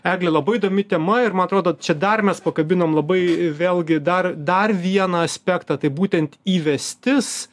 egle labai įdomi tema ir man atrodo čia dar mes pakabinom labai vėlgi dar dar vieną aspektą tai būtent įvestis